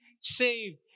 Saved